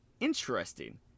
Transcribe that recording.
Interesting